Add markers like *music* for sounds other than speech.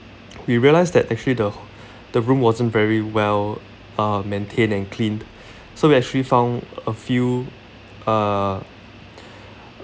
we realised that actually the ho~ *breath* the room wasn't very well uh maintained and cleaned *breath* so we actually found a few uh *breath*